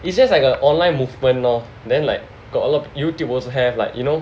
it's just like a online movement lor then like got a lot of Youtube also have like you know